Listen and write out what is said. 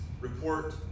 report